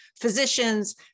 physicians